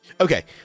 Okay